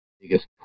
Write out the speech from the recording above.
biggest